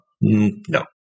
no